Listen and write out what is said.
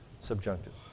subjunctive